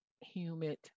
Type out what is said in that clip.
humid